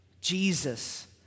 Jesus